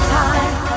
time